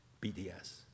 BDS